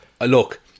Look